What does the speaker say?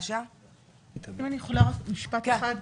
אם אני יכולה רק משפט אחד?